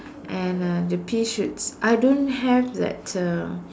and uh the pea shoots I don't have that uh